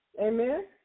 Amen